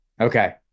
Okay